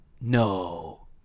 No